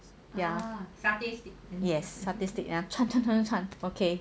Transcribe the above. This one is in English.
ya yes satay stick then 穿穿穿 okay